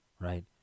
right